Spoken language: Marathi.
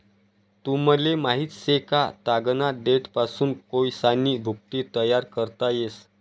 तुमले माहित शे का, तागना देठपासून कोयसानी भुकटी तयार करता येस